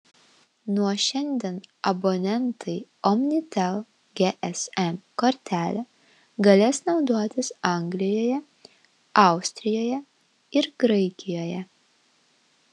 nuo šiandien abonentai omnitel gsm kortele galės naudotis anglijoje austrijoje ir graikijoje